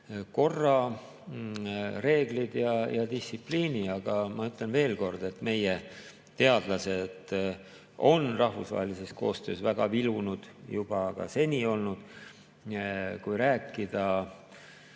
korra, reeglid ja distsipliini. Aga ma ütlen veel kord, et meie teadlased on rahvusvahelises koostöös väga vilunud, on ka seni olnud. Kui rääkida